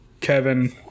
kevin